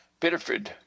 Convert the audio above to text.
Bitterford